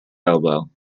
elbow